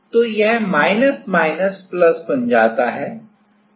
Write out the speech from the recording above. तो वह minus minus plus बन जाता है